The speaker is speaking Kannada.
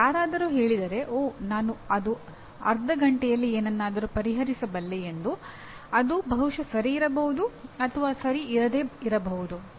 ಈಗ ಯಾರಾದರೂ ಹೇಳಿದರೆ ಓಹ್ ನಾನು ಅರ್ಧ ಘಂಟೆಯಲ್ಲಿ ಏನನ್ನಾದರೂ ಪರಿಹರಿಸಬಲ್ಲೆ ಎಂದು ಅದು ಬಹುಶಃ ಸರಿ ಇರಬಹುದು ಅಥವಾ ಸರಿ ಇರದೇ ಇರಬಹುದು